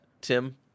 Tim